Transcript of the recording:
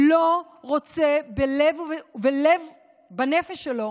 לא רוצה בלב ובנפש שלו